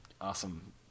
awesome